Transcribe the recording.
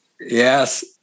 Yes